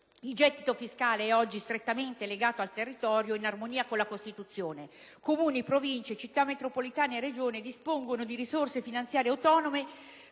Il gettito fiscale è oggi strettamente legato al territorio, in armonia con la Costituzione. I Comuni, le Province, le Città metropolitane e le Regioni dispongono di risorse finanziarie autonome